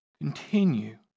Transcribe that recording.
continue